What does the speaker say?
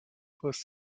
first